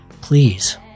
please